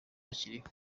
bakiriho